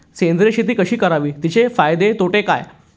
सेंद्रिय शेती कशी करावी? तिचे फायदे तोटे काय?